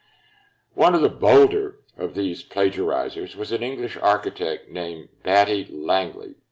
one of the bolder of these plagiarizers was an english architect named batty langley,